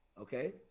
Okay